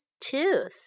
tooth